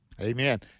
Amen